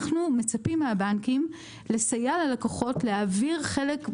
אנחנו מצפים מהבנקים לסייע ללקוחות להעביר חלק,